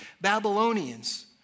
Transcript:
Babylonians